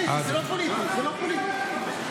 שיצביע ויצא, מה הבעיה?